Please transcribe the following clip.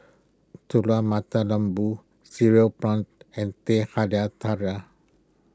Telur Mata Lembu Cereal Prawns and Teh Halia Tarik